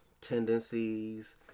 Tendencies